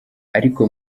ariko